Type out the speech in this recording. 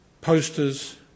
posters